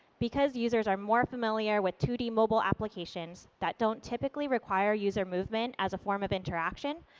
because users are more familiar with two d mobile applications that don't typically require user movement as a form of interaction,